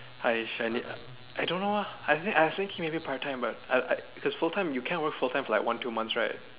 I I need I don't know ah I need I was thinking maybe part time but I I cause full time you can't work full time for like one two months right